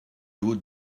haut